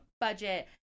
budget